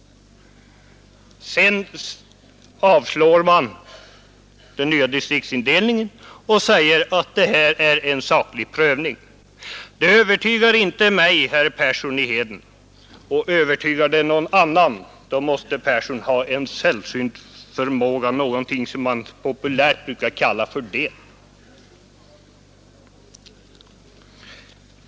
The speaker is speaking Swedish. Nu avstyrker man den nya distriktsindelningen och säger att man gjort en saklig prövning! Det övertygar inte mig, herr Persson, och övertygar det någon annan, måste herr Persson ha en sällsynt egenskap, vad man populärt kallar för ”det”.